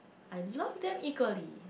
I love them equally